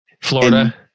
Florida